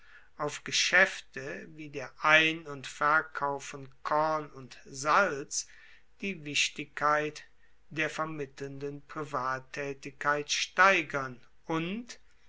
auf geschaefte wie der ein und verkauf von korn und salz die wichtigkeit der vermittelnden privattaetigkeit steigern und